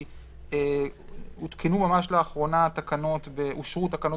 כי הותקנו ממש לאחרונה תקנות ואושרו תקנות